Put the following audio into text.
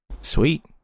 sweet